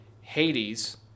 Hades